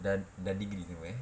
dah dah degree semua eh